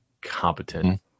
competent